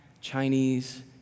Chinese